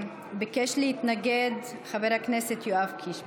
ביקש להתנגד חבר הכנסת יואב קיש.